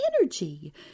energy